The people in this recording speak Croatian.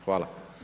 Hvala.